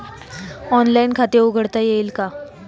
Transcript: Online खाते उघडता येईल का?